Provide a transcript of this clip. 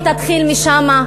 ותתחיל משם,